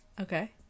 okay